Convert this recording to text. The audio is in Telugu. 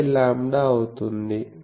9aλ అవుతుంది